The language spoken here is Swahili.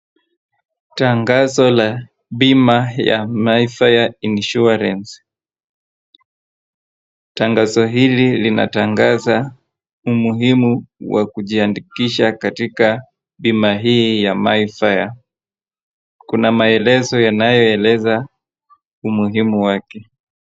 Tangazo la bima wa mayfair insurance , tangazo hili linatanganza umuhimu wa kujiandikisha katika bima hii ya Mayfair , kuna maelezo yanayo eleza umuhimu wake.